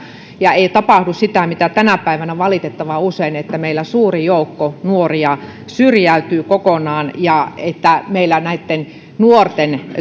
ja ettei tapahdu sitä mitä tänä päivänä valitettavan usein on että meillä suuri joukko nuoria syrjäytyy kokonaan ja meillä näitten nuorien